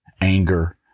anger